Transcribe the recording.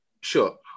sure